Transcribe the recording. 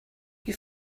you